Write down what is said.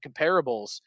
comparables